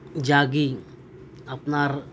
ᱡᱟᱜᱮ ᱟᱯᱱᱟᱨ